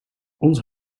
ons